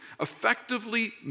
effectively